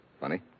funny